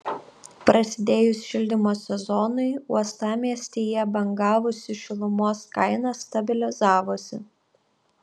prasidėjus šildymo sezonui uostamiestyje bangavusi šilumos kaina stabilizavosi